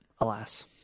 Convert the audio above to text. alas